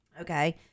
Okay